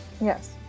Yes